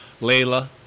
Layla